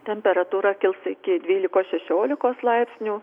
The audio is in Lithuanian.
temperatūra kils iki dvylikos šešiolikos laipsnių